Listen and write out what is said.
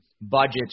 budgets